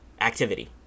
activity